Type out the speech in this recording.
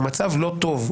הוא מצב לא טוב.